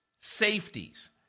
safeties